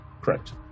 Correct